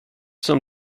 som